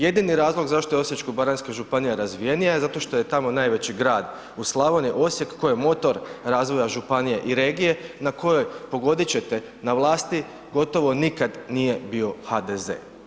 Jedini razlog zašto je Osječko-baranjska županija razvijenija je zato što je tamo najveći grad u Slavoniji, Osijek koji je motor razvoja županija i regija na kojoj, pogodit ćete, na vlasti gotovo nikad nije bio HDZ.